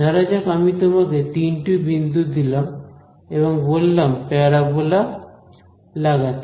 ধরা যাক আমি তোমাকে তিনটি বিন্দু দিলাম এবং বললাম প্যারাবোলা লাগাতে